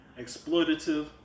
exploitative